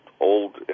old